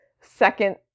second